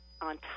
on